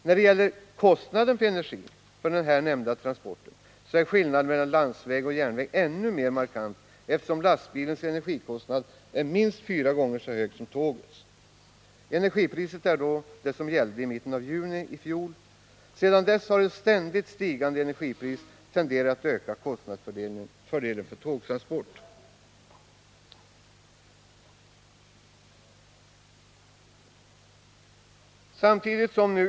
När det gäller energikostnaden för här nämnda transportexempel är skillnaden mellan landsväg och järnväg ännu mer markant, eftersom lastbilens energikostnad är minst fyra gånger så hög som tågets. Energipriset är i exemplet det som gällde i mitten av juni 1979. Sedan dess har ett ständigt stigande energipris tenderat att öka kostnadsfördelen vid tågtransport.